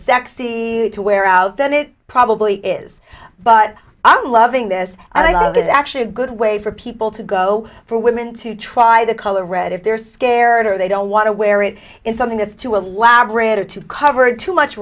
sexy to wear out then it probably is but i'm loving this and i love it actually a good way for people to go for women to try the color red if they're scared or they don't want to wear it in something that's too elaborate or to cover too much